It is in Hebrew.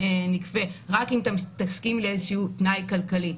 נכפה רק אם תסכימי לאיזשהו תנאי כלכלי.